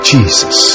Jesus